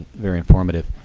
very informative.